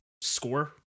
score